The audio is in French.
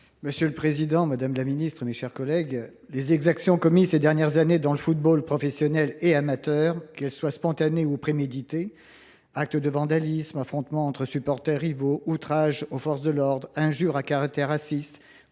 La parole est à M. Jean Jacques Lozach. Les exactions commises ces dernières années, dans le football professionnel comme amateur, qu’elles soient spontanées ou préméditées – actes de vandalisme, affrontements entre supporters rivaux, outrages aux forces de l’ordre, injures à caractère raciste,